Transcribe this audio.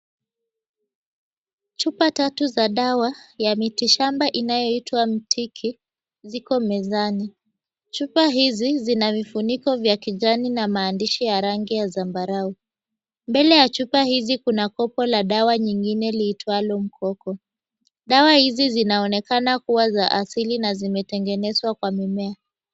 Chupa tatu za dawa ya miti shamba inayoitwa mtiki, ziko mezani. Chupa hizi, zina vifuniko vya kijani na maandishi ya rangi ya zambarau. Mbele ya chupa hizi kuna kopo la dawa nyingine liitwalo mkoko. Dawa hizi zinaonekana kuwa za asili, na zimetengenezwa kwa mimea.